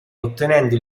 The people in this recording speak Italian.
ottenendo